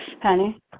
Penny